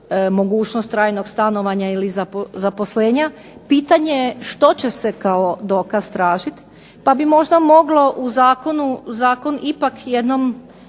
mogućnost trajnog stanovanja ili zaposlenja, pitanje je što će se kao dokaz tražiti? Pa bi možda moglo u zakonu, zakon ipak jednom